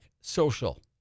social